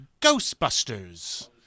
Ghostbusters